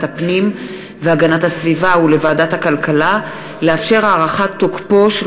הפנים והגנת הסביבה ולוועדת הכלכלה לאפשר הארכת תוקפו של